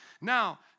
Now